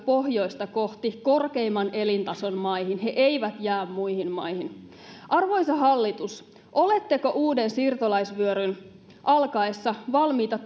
pohjoista kohti korkeimman elintason maihin he eivät jää muihin maihin arvoisa hallitus oletteko uuden siirtolaisvyöryn alkaessa valmiita